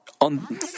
on